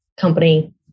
company